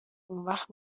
اونوقت